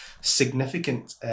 significant